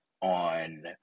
on